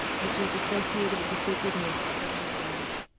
which is associated with the sacredness of new ground.